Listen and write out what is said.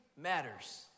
matters